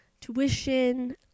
tuition